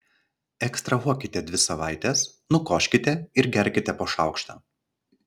ekstrahuokite dvi savaites nukoškite ir gerkite po šaukštą